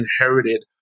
inherited